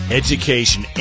education